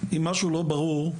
אם לא היה ברור,